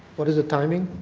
what is the timing?